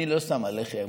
אני לא שם עליכם.